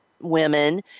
women